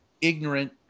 ignorant